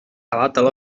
bottle